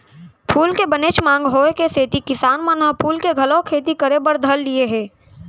फूल के बनेच मांग होय के सेती किसान मन ह फूल के घलौ खेती करे बर धर लिये हें